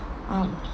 um